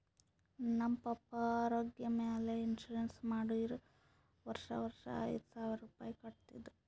ನಮ್ ಪಪ್ಪಾ ಆರೋಗ್ಯ ಮ್ಯಾಲ ಇನ್ಸೂರೆನ್ಸ್ ಮಾಡಿರು ವರ್ಷಾ ವರ್ಷಾ ಐಯ್ದ ಸಾವಿರ್ ರುಪಾಯಿ ಕಟ್ಟತಿದ್ರು